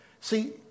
See